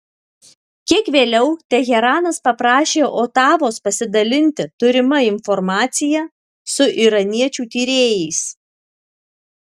kiek vėliau teheranas paprašė otavos pasidalinti turima informacija su iraniečių tyrėjais